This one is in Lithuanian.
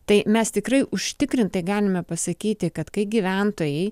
tai mes tikrai užtikrintai galime pasakyti kad kai gyventojai